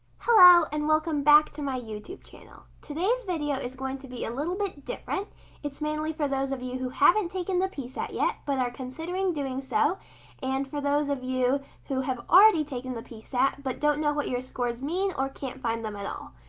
hello and welcome back to my youtube channel. today's video is going to be a little bit different it's mainly for those of you who haven't taken the psat yet, but are considering doing so and for those of you who have already taken the psat, but don't know what your scores mean or can't find them at all.